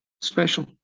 special